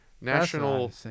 National